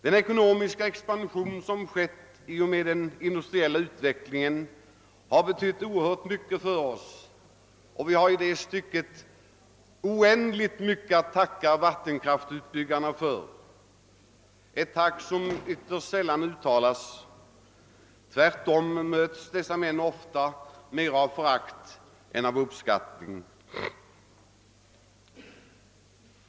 Den ekonomiska expansionen i samband med den industriella utvecklingen har betytt oerhört mycket för oss, och vi har härvidlag oändligt mycket att tacka vattenkraftsutbyggarna för, ett tack som ytterst sällan uttalas. Tvärtom möts dessa personer ofta mera med förakt än med uppskattning.